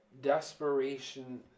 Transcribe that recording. desperation